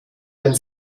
den